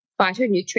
phytonutrients